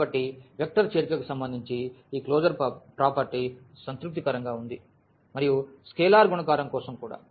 కాబట్టి వెక్టర్ చేరికకు సంబంధించి ఈ క్లోజర్ ప్రాపర్టీ సంతృప్తికరంగా ఉంది మరియు స్కేలార్ గుణకారం కోసం కూడా